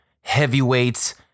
heavyweights